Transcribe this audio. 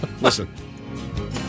Listen